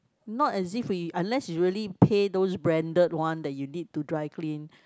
not as if we unless you really pay those branded one that you need to dry clean